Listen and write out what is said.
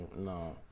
no